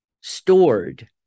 stored